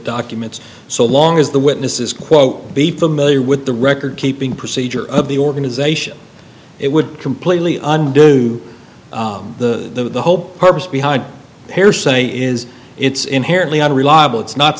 documents so long as the witness is quote be familiar with the record keeping procedure of the organization it would completely undo the whole purpose behind their say is it's inherently unreliable it's not